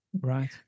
Right